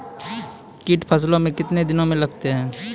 कीट फसलों मे कितने दिनों मे लगते हैं?